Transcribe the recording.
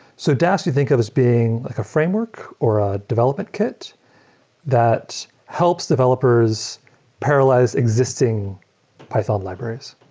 so dask you think of as being like a framework or a development kit that helps developers parallelize existing python libraries.